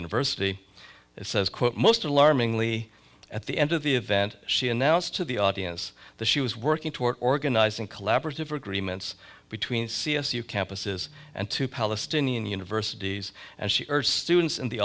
university it says quote most alarmingly at the end of the event she announced to the audience the she was working toward organizing collaborative agreements between c s u campuses and to palestinian universities and she urged students in the